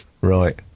right